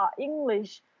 English